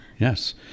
Yes